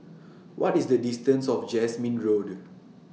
What IS The distance of Jasmine Road